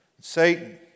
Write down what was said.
Satan